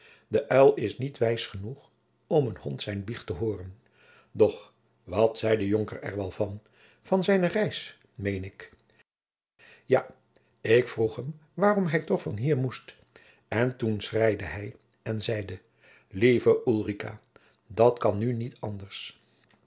de uil is niet wijs genoeg om een hond zijn biecht te hooren doch wat zei de jonker er wel van van zijne reis meen ik ja ik vroeg hem waarom hij toch van hier moest en toen schreide hij en zeide lieve ulrica dat kan nu niet anders